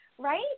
right